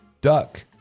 Duck